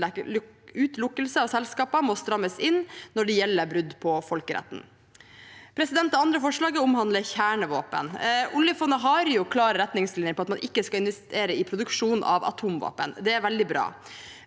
for utelukkelse av selskaper, må strammes inn når det gjelder brudd på folkeretten. Det andre forslaget omhandler kjernevåpen. Oljefondet har klare retningslinjer om at man ikke skal investere i produksjon av atomvåpen. Det er veldig bra,